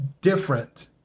Different